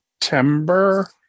September